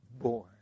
born